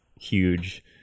huge